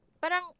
Parang